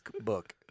book